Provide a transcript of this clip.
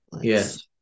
Yes